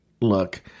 look